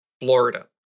Florida